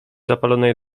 zapalonej